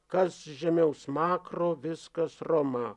kas žemiau smakro viskas roma